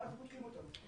אבל אנחנו בודקים אותם.